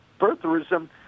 birtherism